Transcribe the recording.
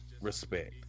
respect